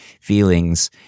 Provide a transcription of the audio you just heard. feelings